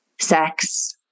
sex